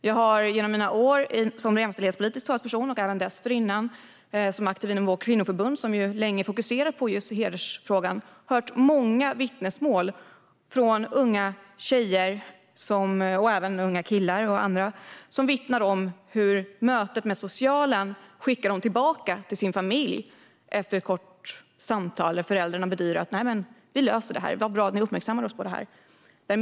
Jag har under mina år som jämställdhetspolitisk talesperson och även innan som aktiv i vårt kvinnoförbund, som länge fokuserat på just hedersfrågan, hört många unga tjejer och killar vittna om hur de efter ett möte med socialen skickas tillbaka till sin familj efter att föräldrarna sagt: Vi löser detta. Det var bra att ni uppmärksammade oss på det.